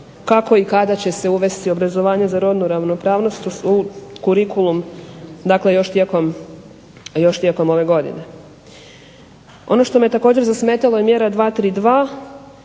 kako i kada će se uvesti obrazovanje za rodnu ravnopravnost u curicullum dakle još tijekom ove godine. Ono što me također zasmetalo je mjera 232.